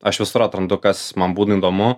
aš visur atrandu kas man būtų įdomu